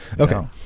Okay